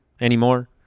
anymore